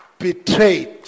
betrayed